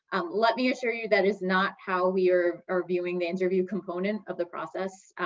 let me assure you that is not how we are are viewing the interview component of the process.